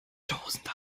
tosender